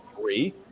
three